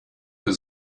für